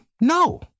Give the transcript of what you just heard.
No